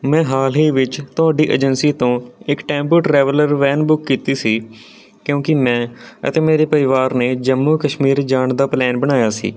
ਮੈਂ ਹਾਲ ਹੀ ਵਿੱਚ ਤੁਹਾਡੀ ਏਜੰਸੀ ਤੋਂ ਇੱਕ ਟੈਂਪੂ ਟਰੈਵਲਰ ਵੈਨ ਬੁੱਕ ਕੀਤੀ ਸੀ ਕਿਉਂਕਿ ਮੈਂ ਅਤੇ ਮੇਰੇ ਪਰਿਵਾਰ ਨੇ ਜੰਮੂ ਕਸ਼ਮੀਰ ਜਾਣ ਦਾ ਪਲੈਨ ਬਣਾਇਆ ਸੀ